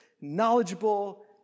knowledgeable